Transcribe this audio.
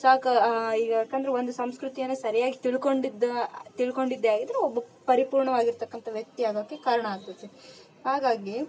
ಸಾಕ ಈಗ ಯಾಕಂದ್ರೆ ಒಂದು ಸಂಸ್ಕೃತಿಯನ್ನ ಸರಿಯಾಗಿ ತಿಳ್ಕೊಂಡಿದ್ದೆ ತಿಳ್ಕೊಂಡಿದ್ದೆ ಆಗಿದ್ದರೆ ಒಬ್ಬ ಪರಿಪೂರ್ಣವಾಗಿರ್ತಕ್ಕಂಥ ವ್ಯಕ್ತಿ ಆಗೋಕೆ ಕಾರಣ ಆಗ್ತೈತಿ ಹಾಗಾಗಿ